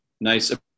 Nice